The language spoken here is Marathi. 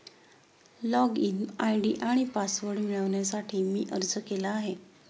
लॉगइन आय.डी आणि पासवर्ड मिळवण्यासाठी मी अर्ज केला आहे